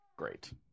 great